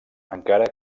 encara